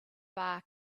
bar